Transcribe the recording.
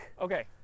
Okay